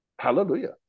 hallelujah